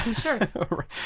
Sure